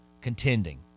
contending